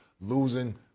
losing